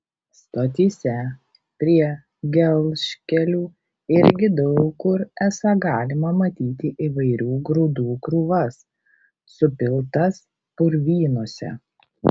stotyse prie gelžkelių irgi daug kur esą galima matyti įvairių grūdų krūvas supiltas purvynuose